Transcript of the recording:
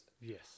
Yes